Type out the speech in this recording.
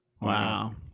wow